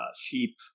sheep